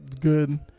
Good